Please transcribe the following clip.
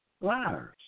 liars